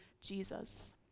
Jesus